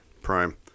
Prime